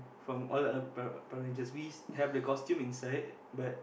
from all other Power Power-Rangers we have the costumes inside but